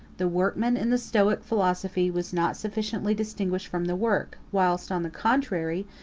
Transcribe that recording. the workman in the stoic philosophy was not sufficiently distinguished from the work whilst, on the contrary,